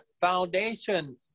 foundation